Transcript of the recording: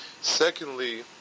Secondly